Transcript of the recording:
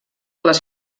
les